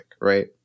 right